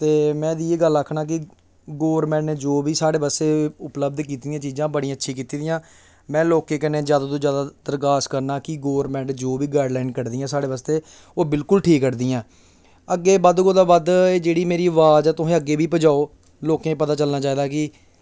ते में ते इ'यै गल्ल आखना कि गौरमेंट ने जो बी साढ़े बास्तै उपलब्ध कीती दियां चीजां बड़ियां अच्छियां कीती दियां में लोकें कन्नै जादा तो जादा अरदास करना कि गौरमेंट जो बी गाइडलाइन्स कड्ढदियां साढ़े बास्तै ओह् बिल्कुल ठीक कड्ढदियां न अग्गें बद्ध कोला दा बद्ध मेरी जेह्ड़ी अवाज़ ऐ तुस अग्गें बी पजाओ लोकें गी पता चलना चाहिदा कि